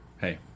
hey